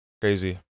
crazy